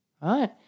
Right